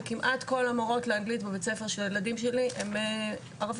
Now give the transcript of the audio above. וכמעט כל המורות לאנגלית בבית ספר של הילדים שלי הן ערביות,